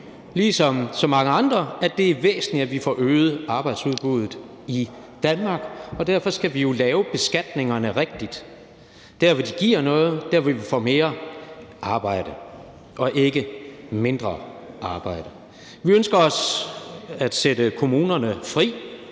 ligesom så mange andre, at det er væsentligt, at vi får øget arbejdsudbuddet i Danmark, og derfor skal vi jo lave beskatningerne rigtigt – der, hvor de giver noget, der, hvor vi får mere arbejde og ikke mindre arbejde. Vi ønsker at sætte kommunerne fri,